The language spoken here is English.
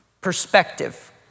perspective